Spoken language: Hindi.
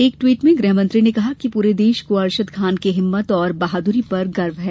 एक ट्वीट में गृहमंत्री ने कहा कि पूरे देश को अशरद खान की हिम्मत और बहादुरी पर गर्व है